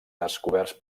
descoberts